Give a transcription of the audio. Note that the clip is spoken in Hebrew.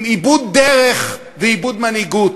עם איבוד דרך ואיבוד מנהיגות,